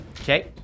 Okay